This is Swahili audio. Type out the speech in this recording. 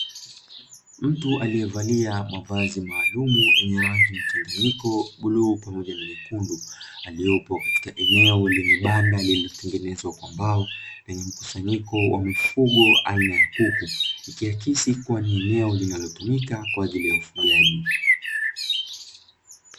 Mtu aliyevalia mavazi maalumu yenye rangi mchanganyiko, bluu pamoja na nyekundu, aliyopo latika eneo lenye banda lililotengenezwa kwa mbao lenye mkusanyiko wa mifugo aina ya kuku, ikiakisi kuwa ni eneo linalotumika kwa ajili ya kufugia.